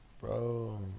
Bro